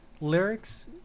lyrics